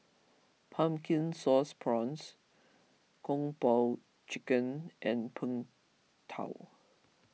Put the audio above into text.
Pumpkin Sauce Prawns Kung Po Chicken and Png Tao